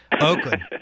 Oakland